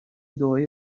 دعای